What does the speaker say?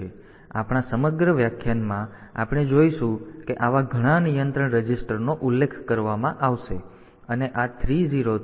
તેથી આપણા સમગ્ર વ્યાખ્યાનમાં આપણે જોઈશું કે આવા ઘણા નિયંત્રણ રજીસ્ટરનો ઉલ્લેખ કરવામાં આવશે અને આ 30 થી 7F છે